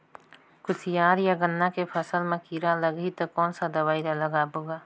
कोशियार या गन्ना के फसल मा कीरा लगही ता कौन सा दवाई ला लगाबो गा?